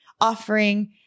offering